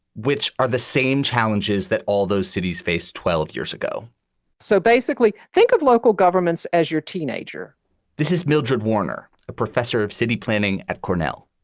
which are the same challenges that all those cities faced twelve years ago so basically, think of local governments as your teenager this is mildred worner, a professor of city planning at cornell.